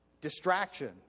distraction